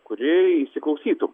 kuri įsiklausytų